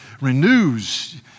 renews